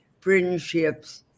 friendships